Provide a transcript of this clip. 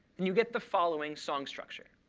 and you get the following song structure.